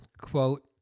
quote